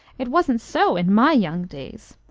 it wasn't so in my young days.